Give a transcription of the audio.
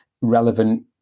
relevant